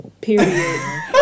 Period